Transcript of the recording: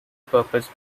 purpose